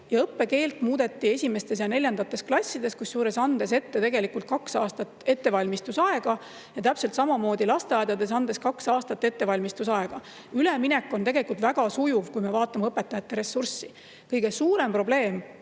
Õppekeelt muudeti esimestes ja neljandates klassides, kusjuures andes kaks aastat ettevalmistusaega. Täpselt samamoodi [tehti] lasteaedades, andes kaks aastat ettevalmistusaega. Üleminek on tegelikult väga sujuv, kui me vaatame õpetajate ressurssi. Kõige suurem probleem